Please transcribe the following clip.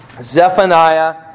Zephaniah